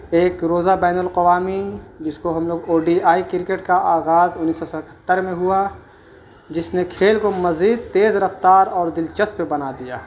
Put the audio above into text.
ایک روزہ بین الاقوامی جس کو ہم لوگ او ڈی آئی کرکٹ کا آغاز انیس سو ستتر میں ہوا جس نے کھیل کو مزید تیز رفتار اور دلچسپ بنا دیا